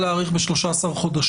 אני אציע להאריך ב-13 חודשים.